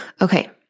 Okay